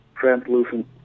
translucent